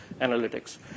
analytics